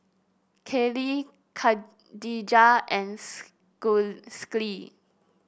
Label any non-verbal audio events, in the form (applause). Kallie Kadijah and (unintelligible) Schley